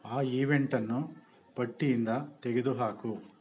ಆ ಈವೆಂಟನ್ನು ಪಟ್ಟಿಯಿಂದ ತೆಗೆದುಹಾಕು